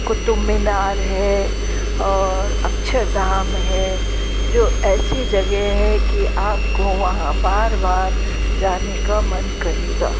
कुतुब मीनार है और अक्षरधाम हैं जो ऐसी जगह है की आप को वहाँ बार बार जाने का मन करेगा